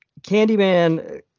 Candyman